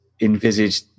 envisage